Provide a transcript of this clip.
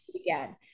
again